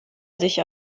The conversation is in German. sich